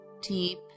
deep